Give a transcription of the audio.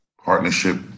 Partnership